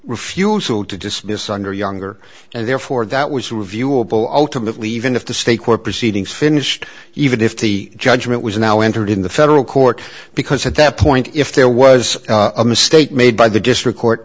refusal to dismiss under younger and therefore that was reviewable ultimately even if the state court proceedings finished even if the judgment was now entered in the federal court because at that point if there was a mistake made by the district court